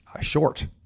short